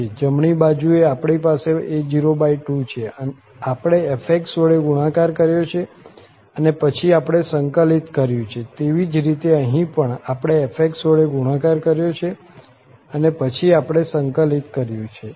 જમણી બાજુએ આપણી પાસે a02 છે આપણે f વડે ગુણાકાર કર્યો છે અને પછી આપણે સંકલિત કર્યું છે તેવી જ રીતે અહીં પણ આપણે fx વડે ગુણાકાર કર્યો છે અને પછી આપણે સંકલિત કર્યું છે